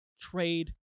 Trade